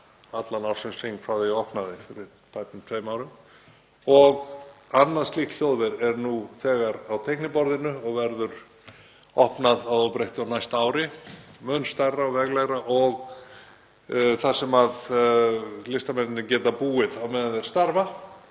allan ársins hring frá því að það var opnað fyrir tæpum tveimur árum. Annað slíkt hljóðver er nú þegar á teikniborðinu og verður opnað að óbreyttu á næsta ári, mun stærra og veglegra þar sem listamennirnir geta búið á meðan þeir starfa.